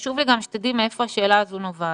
חשוב לי גם שתדעי מאיפה השאלה הזאת נובעת.